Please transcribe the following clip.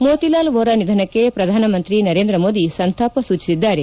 ಮೋತಿಲಾಲ್ ವೋರಾ ನಿಧನಕ್ಕೆ ಪ್ರಧಾನಮಂತ್ರಿ ನರೇಂದ್ರ ಮೋದಿ ಸಂತಾಪ ಸೂಚಿಸಿದ್ದಾರೆ